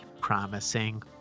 promising